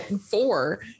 four